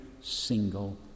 single